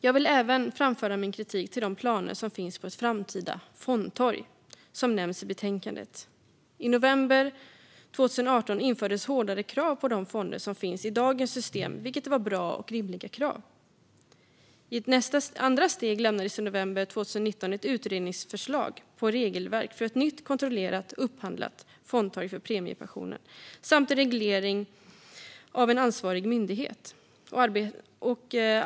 Jag vill även framföra min kritik vad gäller de planer som finns på ett framtida fondtorg, som nämns i betänkandet. I november 2018 infördes hårdare krav på de fonder som finns i dagens system. Det var bra och rimliga krav. I ett andra steg lämnades i november 2019 ett utredningsförslag på regelverk för ett nytt, kontrollerat och upphandlat fondtorg för premiepensioner samt en reglering av en ansvarig myndighet.